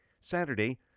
Saturday